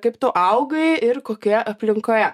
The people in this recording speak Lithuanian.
kaip tu augai ir kokioje aplinkoje